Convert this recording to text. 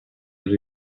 les